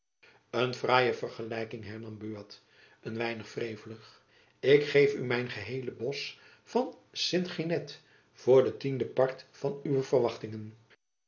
een fraaie vergelijking hernam buat een weinig wrevelig ik geef u mijn geheele bosch van st genêt voor de tiende part van uwe verwachtingen